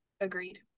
agreed